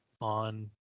on